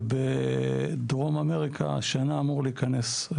ובדרום אמריקה השנה אמור להיכנס.